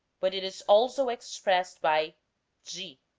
but it is also expressed by de,